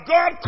God